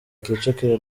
kicukiro